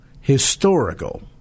historical